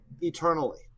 eternally